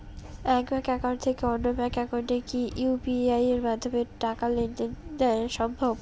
এক bank account থেকে অন্য ব্যাংক একাউন্টে কি ইউ.পি.আই মাধ্যমে টাকার লেনদেন দেন সম্ভব?